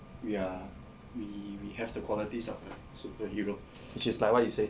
we are we we have the qualities of a superhero which is like what you say